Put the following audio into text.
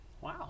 Wow